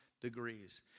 degrees